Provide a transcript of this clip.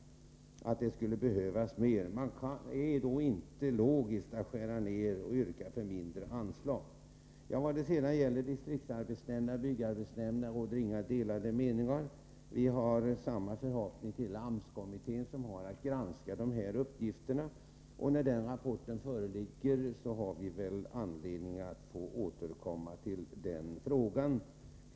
Det skulle behövas mer, och det är då inte logiskt att skära ned och yrka på mindre anslag. När det sedan gäller distriktsarbetsnämnderna och byggarbetsnämnderna råder inga delade meningar. Vi hyser samma förhoppningar när det gäller AMS-kommittén, som har att granska de här uppgifterna. När den rapporten föreligger får vi anledning att återkomma till frågan.